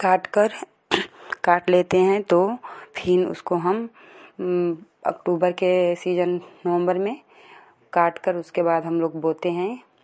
काट कर काट लेते हैं तो फिर उसको हम ऑकटूबर के सीजन नोवमबर में काटकर उसके बाद हम लोग बोते हैं